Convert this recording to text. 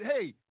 hey